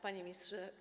Panie Ministrze!